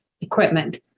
equipment